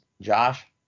Josh